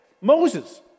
Moses